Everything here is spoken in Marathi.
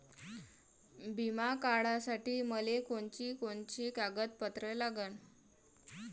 बिमा काढासाठी मले कोनची कोनची कागदपत्र लागन?